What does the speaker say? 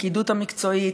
בפקידות המקצועית,